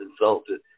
insulted